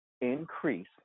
increase